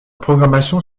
programmation